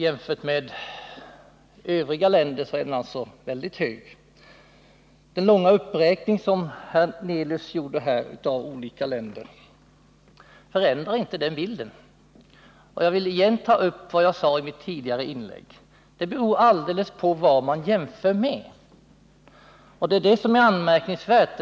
Jämfört med övriga länder i Latinamerika är Den långa uppräkning som Allan Hernelius gjorde av olika länder Onsdagen den förändrar inte den bilden. Jag vill upprepa vad jag sade i mitt tidigare inlägg: 21 november 1979 Det beror alldeles på vad man jämför med.